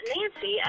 Nancy